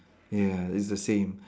ya it's the same